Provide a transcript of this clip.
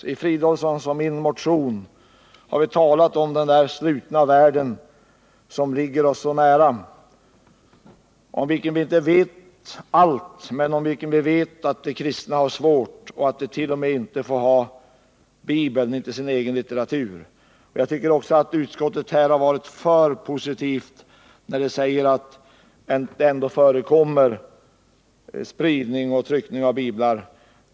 I Filip Fridolfssons och min motion har vi talat om denna slutna värld som ligger oss så nära, om vilken vi inte vet allt, men vi vet att de kristna där har det svårt och att de inie ens får ha Bibeln, sin egen litteratur. Jag tycker också att utskottet har varit för positivt när man säger att det ändå förekommer spridning och tryckning av biblar.